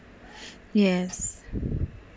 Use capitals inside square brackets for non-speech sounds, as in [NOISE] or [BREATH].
yes [BREATH]